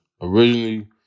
originally